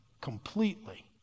completely